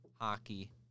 hockey